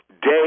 day